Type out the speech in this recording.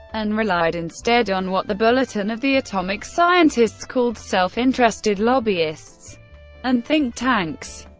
and relied instead on what the bulletin of the atomic scientists called self-interested lobbyists and think tanks.